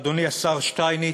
אדוני השר שטייניץ.